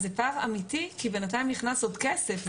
אז זה פער אמיתי כי בינתיים נכנס עוד כסף.